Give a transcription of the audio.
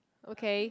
okay